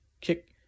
kick